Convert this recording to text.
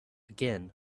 again